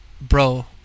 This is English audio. bro